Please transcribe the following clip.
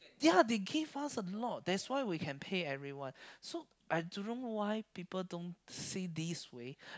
ya they give us a lot that's why we can pay everyone so I don't know why people don't see this way